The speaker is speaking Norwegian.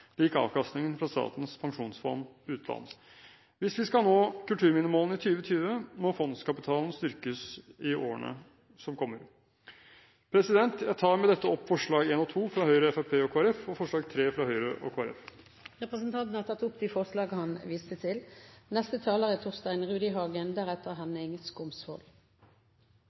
lik avkastningen fra Statens pensjonsfond utland. Hvis vi skal nå kulturminnemålene i 2020, må fondskapitalen styrkes i årene som kommer. Jeg tar med dette opp forslagene nr. 1 og 2 fra Høyre, Fremskrittspartiet og Kristelig Folkeparti, og forslag nr. 3 fra Høyre og Kristelig Folkeparti. Representanten Nikolai Astrup har tatt opp de forslagene han refererte til. Kulturminna er